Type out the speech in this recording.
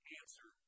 answer